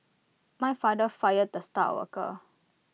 my father fired the star worker